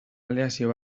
aleazio